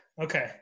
Okay